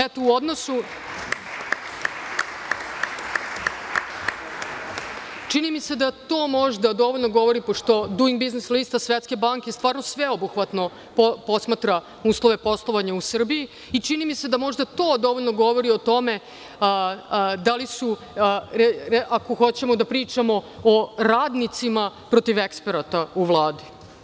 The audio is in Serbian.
Eto, čini mi se da to možda dovoljno govori, pošto „Duing biznis lista“ Svetske banke stvarno sveobuhvatno posmatra uslove poslovanja u Srbiji i čini mi se da možda to dovoljno govori o tome da li su, ako hoćemo da pričamo o radnicima, protiv eksperata u Vladi.